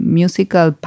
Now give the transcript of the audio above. musical